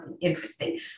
interesting